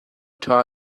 ṭha